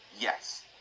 Yes